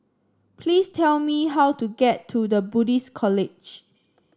please tell me how to get to The Buddhist College